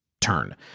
turn